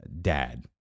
dad